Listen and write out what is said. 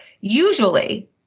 usually